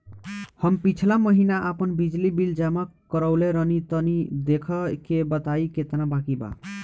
हम पिछला महीना आपन बिजली बिल जमा करवले रनि तनि देखऽ के बताईं केतना बाकि बा?